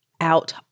out